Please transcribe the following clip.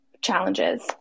challenges